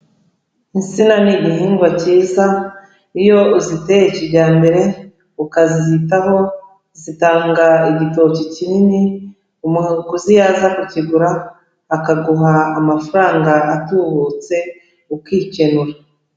Insina ni igihingwa kiza iyo uziteye ikijyambere, ukazitaho zitanga igitoki kinini, umuguzi yaza kukigura akaguha amafaranga atubutse ukikenura.